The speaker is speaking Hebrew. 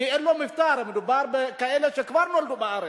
כי אין לו מבטא, הרי מדובר בכאלה שכבר נולדו בארץ,